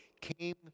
came